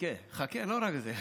חכה, לא רק זה.